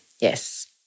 Yes